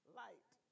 light